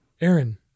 Aaron